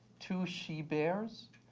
two she bears,